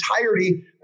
entirety